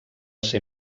ser